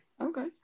Okay